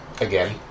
again